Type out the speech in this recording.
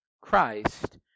Christ